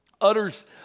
utters